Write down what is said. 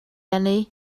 eni